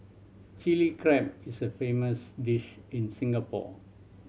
Chilli Crab is a famous dish in Singapore